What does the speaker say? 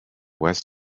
west